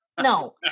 no